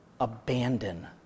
Abandon